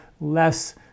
less